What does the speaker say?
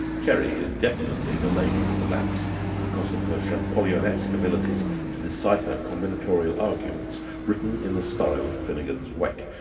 ceri is definitely the lady with the lamps because of her champollionesque abilities to decipher combinatorial arguments written in the style of finnegans wake,